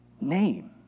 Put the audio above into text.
name